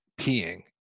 peeing